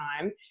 time